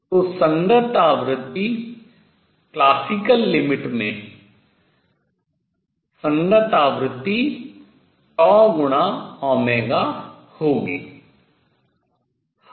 तो संगत आवृत्ति शास्त्रीय सीमा में संगत आवृत्ति होगी